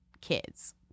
kids